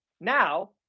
Now